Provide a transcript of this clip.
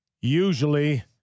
Usually